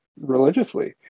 religiously